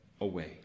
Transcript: away